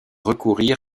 recourir